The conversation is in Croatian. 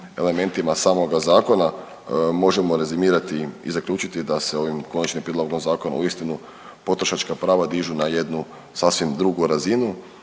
elementima samoga zakona možemo rezimirati i zaključiti da se ovim konačnim prijedlogom zakona uistinu potrošačka prava dižu na jednu sasvim drugu razinu,